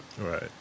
right